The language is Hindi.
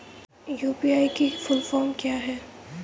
यू.पी.आई की फुल फॉर्म क्या है?